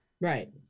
Right